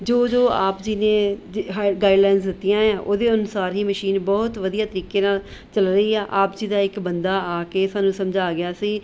ਜੋ ਜੋ ਆਪ ਜੀ ਨੇ ਹਾ ਗਾਈਡਲਾਈਨਜ਼ ਦਿੱਤੀਆਂ ਹੈ ਉਹਦੇ ਅਨੁਸਾਰ ਹੀ ਮਸ਼ੀਨ ਬਹੁਤ ਵਧੀਆ ਤਰੀਕੇ ਨਾਲ ਚਲ ਰਹੀ ਹੈ ਆਪ ਜੀ ਦਾ ਇੱਕ ਬੰਦਾ ਆ ਕੇ ਸਾਨੂੰ ਸਮਝਾ ਗਿਆ ਸੀ